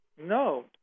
No